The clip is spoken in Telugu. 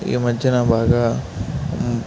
ఈ మధ్యన బాగా